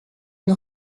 une